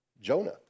Jonah